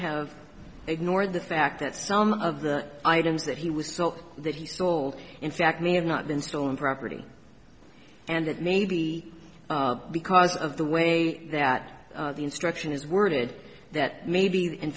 have ignored the fact that some of the items that he was so that he sold in fact may have not been stolen property and it may be because of the way that the instruction is worded that maybe